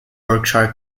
berkshire